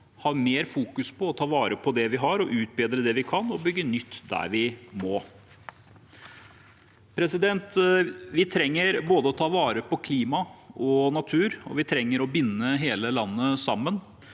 mer på å ta vare på det vi har, utbedre det vi kan, og bygge nytt der vi må. Vi trenger å ta vare på klima og natur, og vi trenger å binde hele landet sammen.